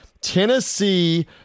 tennessee